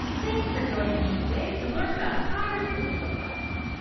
thanks for joining me today to learn about prior approval requests.